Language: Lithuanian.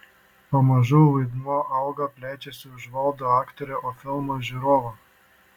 pamažu vaidmuo auga plečiasi užvaldo aktorę o filmas žiūrovą